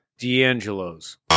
D'Angelo's